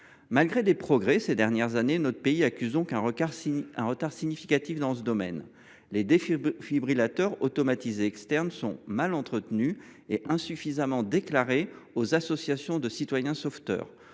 Malgré des progrès ces dernières années, notre pays accuse un retard significatif dans ce domaine : les défibrillateurs automatisés externes (DAE) sont mal entretenus et insuffisamment déclarés aux associations de citoyens sauveteurs.